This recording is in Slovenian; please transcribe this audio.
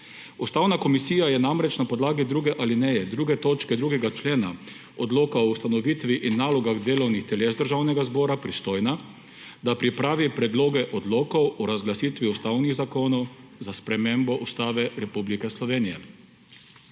Ustavna komisija je namreč na podlagi druge alineje 2. točke 2. člena Odloka o ustanovitvi in nalogah delovnih teles Državnega zbora pristojna, da pripravi predloge odlokov o razglasitvi ustavnih zakonov za spremembo Ustave Republike Slovenije.